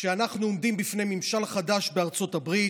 כשאנחנו עומדים בפני ממשל חדש בארצות הברית,